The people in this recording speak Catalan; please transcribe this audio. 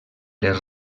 les